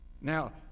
Now